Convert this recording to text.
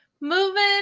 Moving